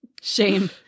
Shame